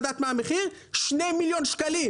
במחיר שהוא בין 1.900 מיליון ל- 2 מיליון שקלים.